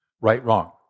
right-wrong